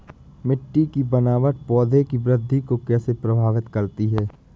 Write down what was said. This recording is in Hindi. मिट्टी की बनावट पौधों की वृद्धि को कैसे प्रभावित करती है?